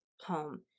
home